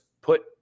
put